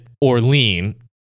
Orlean